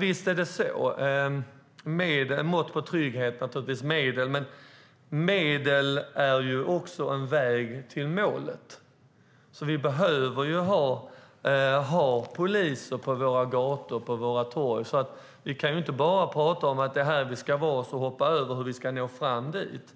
Visst är det så. Vi ska naturligtvis mer ha ett mått på trygghet än på medel, men medel är ju också en väg till målet. Vi behöver därför ha poliser på våra gator och torg. Vi kan inte bara prata om att vi vill ha det på ett visst sätt och så hoppa över hur vi ska nå dit.